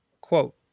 quote